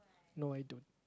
no I don't